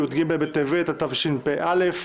י"ג בטבת התשפ"א,